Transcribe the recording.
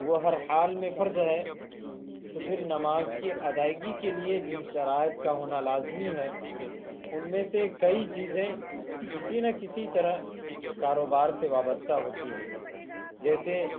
وہ ہر حال میں فرض ہے تو پھر نماز کی ادائیگی کے لیے جن شرائط کا ہونا لازمی ہے ان میں سے کئی چیزیں کسی نہ کسی طرح کاروبار سے وابستہ ہوتی ہے جیسے